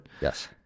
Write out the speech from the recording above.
Yes